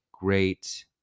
great